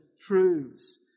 truths